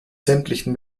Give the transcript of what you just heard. sämtlichen